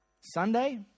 Sunday